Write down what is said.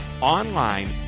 online